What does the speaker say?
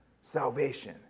salvation